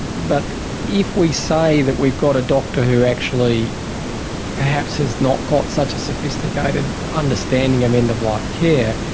but if we say that we've got a doctor who actually perhaps has not got such a sophisticated understanding of end of life care,